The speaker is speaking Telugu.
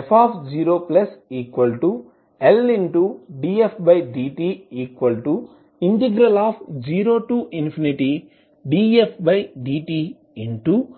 f0Ldfdt0dfdte stdt